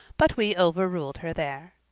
but we overruled her there.